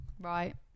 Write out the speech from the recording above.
Right